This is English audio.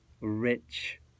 rich